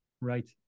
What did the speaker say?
Right